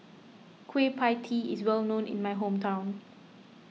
Kueh Pie Tee is well known in my hometown